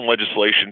legislation